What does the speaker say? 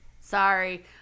sorry